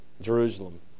Jerusalem